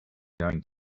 going